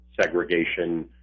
segregation